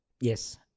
Yes